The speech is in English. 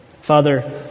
Father